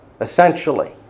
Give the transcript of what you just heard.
essentially